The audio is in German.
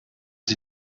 sie